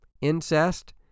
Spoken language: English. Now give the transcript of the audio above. incest